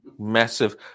Massive